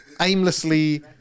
aimlessly